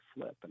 flip